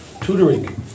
tutoring